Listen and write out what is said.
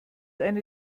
eine